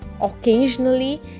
Occasionally